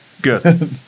Good